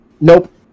Nope